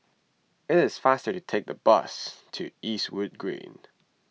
it is faster to take the bus to Eastwood Green